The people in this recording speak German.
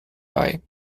bei